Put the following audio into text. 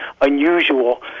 unusual